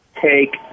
take